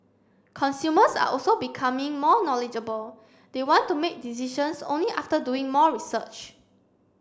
consumers are also becoming more knowledgeable they want to make decisions only after doing more research